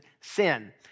sin